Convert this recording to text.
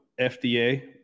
FDA